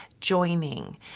joining